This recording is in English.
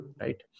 right